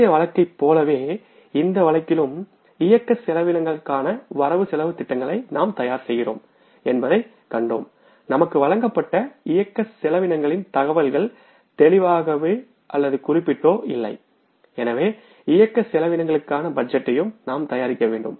முந்தைய வழக்கை போலவே இந்த வழக்கிலும் இயக்க செலவினங்களுக்கான வரவு செலவுத் திட்டங்களை நாம் தயார் செய்கிறோம் என்பதைக் கண்டோம் நமக்கு வழங்கப்பட்ட இயக்க செலவினங்களின் தகவல்கள் தெளிவாகவோ அல்லது குறிப்பிட்டோ இல்லைஎனவே இயக்க செலவினங்களுக்கான பட்ஜெட்டையும் நாம் தயாரிக்க வேண்டும்